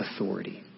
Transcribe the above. authority